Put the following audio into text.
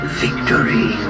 victory